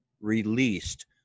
released